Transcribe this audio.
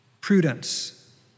prudence